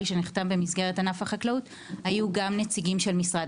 שנחתם במסגרת ענף החקלאות היו גם נציגים של משרד